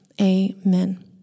amen